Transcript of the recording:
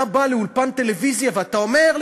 ואתה בא לאולפן טלוויזיה ואתה אומר,